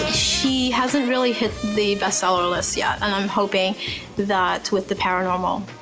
she hasn't really hit the bestseller lists yet, and i'm hoping that with the paranormal